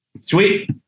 Sweet